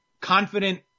confident